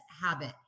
habit